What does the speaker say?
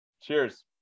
Cheers